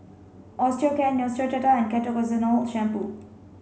Osteocare Neostrata and Ketoconazole shampoo